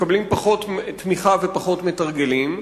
מקבלים פחות תמיכה ופחות מתרגלים.